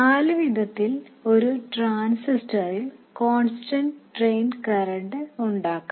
നാല് വിധത്തിൽ ഒരു ട്രാൻസിസ്റ്ററിൽ കോൺസ്റ്റന്റ് ഡ്രെയിൻ കറന്റ് ഉണ്ടാക്കാം